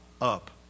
up